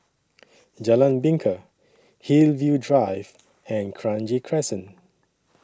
Jalan Bingka Hillview Drive and Kranji Crescent